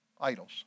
idols